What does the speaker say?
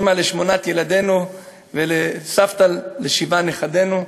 אימא לשמונת ילדינו וסבתא לשבעת נכדינו,